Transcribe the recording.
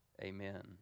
amen